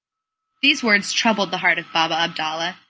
these words troubled the heart of baba-abdalla,